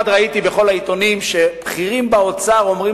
בכל העיתונים מייד ראיתי שבכירים באוצר אומרים